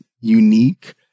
unique